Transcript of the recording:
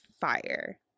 fire